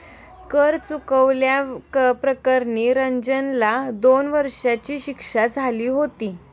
कर चुकवल्या प्रकरणी रंजनला दोन वर्षांची शिक्षा झाली होती